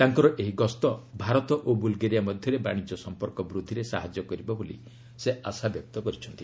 ତାଙ୍କର ଏହି ଗସ୍ତ ଭାରତ ଓ ବୁଲ୍ଗେରିଆ ମଧ୍ୟରେ ବାଣିଜ୍ୟ ସମ୍ପର୍କ ବୃଦ୍ଧିରେ ସାହାଯ୍ୟ କରିବ ବୋଲି ସେ ଆଶାବ୍ୟକ୍ତ କରିଛନ୍ତି